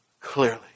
clearly